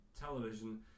television